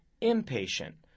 impatient